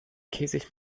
käsig